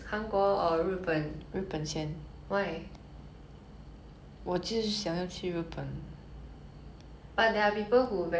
but there are people who very controvers~ controversially say that if you go japan right you don't need to go korea already